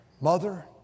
Mother